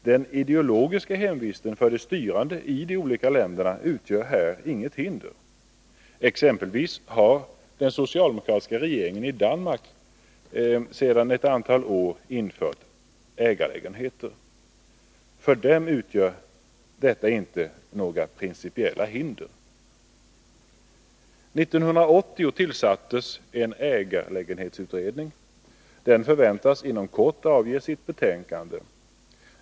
Den ideologiska hemvisten för de styrande i de olika länderna utgör inget hinder. Exempelvis har den socialdemokratiska regeringen i Danmark sedan ett antal år infört ägarlägenheter. För den regeringen utgör detta inte några principiella hinder. År 1980 tillsattes en ägarlägenhetsutredning. Den förväntas inom kort avge sitt betänkande.